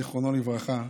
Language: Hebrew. זיכרונו לברכה,